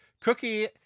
Cookie